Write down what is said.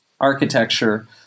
architecture